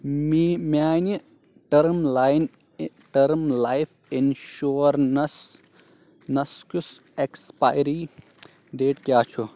میانہِ term line term life insurance نَس کِس ایکٕسپاری ڈیٹ کیٛاہ چھُ